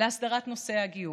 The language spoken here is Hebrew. להסדרת נושא הגיור,